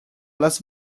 las